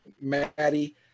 Maddie